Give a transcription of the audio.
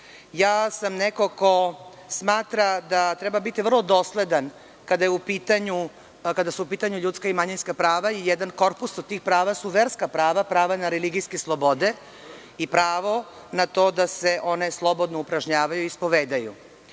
ja sam neko ko smatra da treba biti vrlo dosledan kada su u pitanju ljudska i manjinska prava i jedan korpus od tih prava su verska prava, prava na religijske slobode i pravo na to da se one slobodno upražnjavaju i ispovedaju.